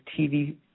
TV